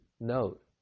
note